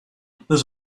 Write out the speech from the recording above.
there